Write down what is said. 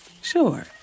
Sure